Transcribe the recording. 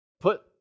put